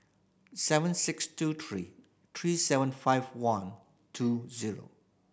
seven six two three three seven five one two zero